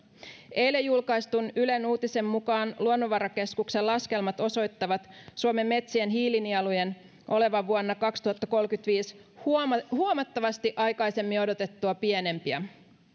eilen julkaistun ylen uutisen mukaan luonnonvarakeskuksen laskelmat osoittavat suomen metsien hiilinielujen olevan vuonna kaksituhattakolmekymmentäviisi huomattavasti huomattavasti aikaisemmin odotettua pienempiä